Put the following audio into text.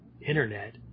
internet